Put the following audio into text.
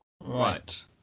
Right